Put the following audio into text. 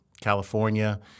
California